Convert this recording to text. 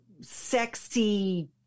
sexy